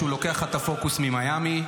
אני יודע --- אבי בניהו,